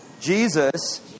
Jesus